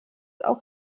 auch